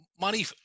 Money